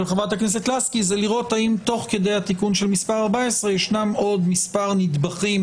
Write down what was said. חברת הכנסת לסקי זה לראות האם תוך כדי התיקון של מס' 14 יש עוד מספר נדבכים